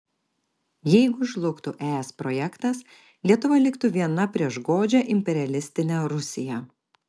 jeigu žlugtų es projektas lietuva liktų viena prieš godžią imperialistinę rusiją